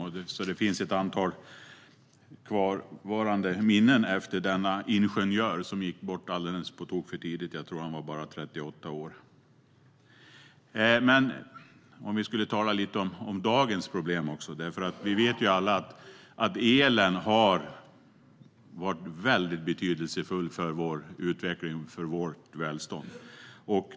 Det finns alltså ett antal kvarvarande minnen efter denna ingenjör, som gick bort alldeles på tok för tidigt. Jag tror att han bara var 38 år. Vi ska nu tala lite om dagens problem, också. Vi vet alla att elen har varit betydelsefull för vår utveckling och för vårt välstånd.